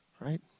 right